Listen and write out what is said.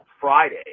Friday